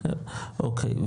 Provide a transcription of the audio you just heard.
אוקיי,